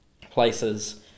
places